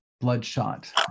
bloodshot